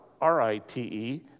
R-I-T-E